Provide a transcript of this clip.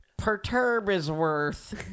Perturbisworth